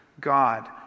God